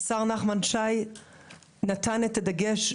השר נחמן שי נתן את הדגש,